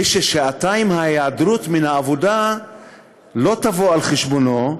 ששעתיים ההיעדרות מהעבודה לא יבואו על חשבונו,